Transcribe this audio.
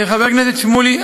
חבר הכנסת שמולי,